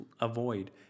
avoid